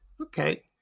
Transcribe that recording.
Okay